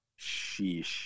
Sheesh